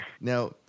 Now